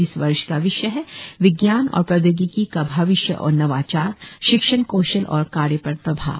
इस वर्ष का विषय है विज्ञान और प्रौद्योगिकी का भविष्य और नवाचार शिक्षण कौशल और कार्य पर प्रभाव